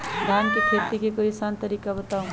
धान के खेती के कोई आसान तरिका बताउ?